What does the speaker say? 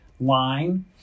line